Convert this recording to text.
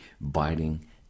biting